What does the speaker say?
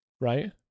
right